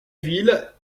ville